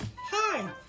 Hi